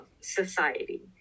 society